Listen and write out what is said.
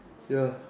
ya